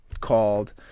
called